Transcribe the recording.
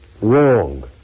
wrong